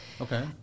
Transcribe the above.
Okay